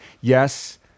Yes